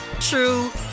true